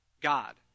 God